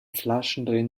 flaschendrehen